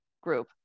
group